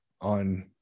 on